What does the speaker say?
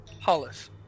Hollis